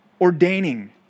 ordaining